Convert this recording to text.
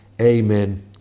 Amen